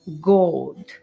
gold